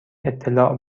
اطلاع